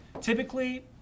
typically